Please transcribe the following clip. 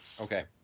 Okay